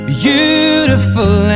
beautiful